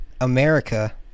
America